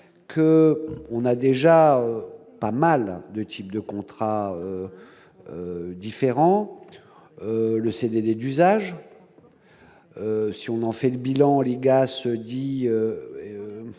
que on a déjà pas mal, 2 types de contrats différents le CDD d'usage : si on en fait le bilan, l'IGAS dit